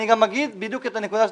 אני גם אומר בדיוק את הנקודה.